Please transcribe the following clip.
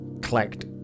collect